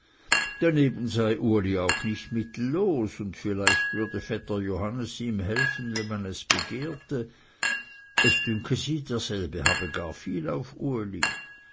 daneben sei uli auch nicht mittellos und vielleicht würde vetter johannes ihm helfen wenn man es begehrte es dünke sie derselbe habe gar viel auf uli